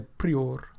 prior